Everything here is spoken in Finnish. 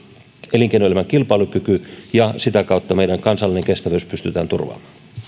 elinkeinoelämän kilpailukyky ja sitä kautta meidän kansallinen kestävyys pystytään turvaamaan